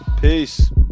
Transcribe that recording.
Peace